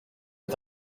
est